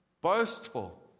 Boastful